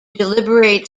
deliberate